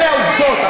אלה העובדות.